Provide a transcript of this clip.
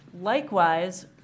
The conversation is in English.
Likewise